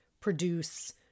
produce